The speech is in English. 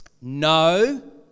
No